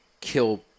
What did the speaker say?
kill